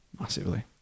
massively